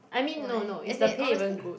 I mean no no is the pay even good